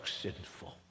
sinful